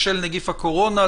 בשל נגיף הקורונה.